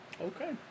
Okay